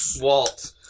Walt